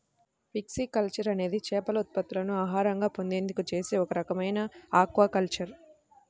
pisciculture అనేది చేపల ఉత్పత్తులను ఆహారంగా పొందేందుకు చేసే ఒక రకమైన ఆక్వాకల్చర్